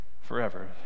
forever